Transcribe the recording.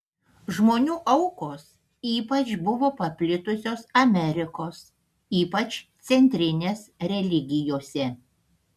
žmonių aukos ypač buvo paplitusios amerikos ypač centrinės religijose